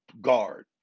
guard